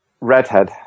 Redhead